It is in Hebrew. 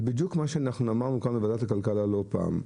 זה בדיוק מה שאנחנו אמרנו כאן בוועדת הכלכלה לא פעם,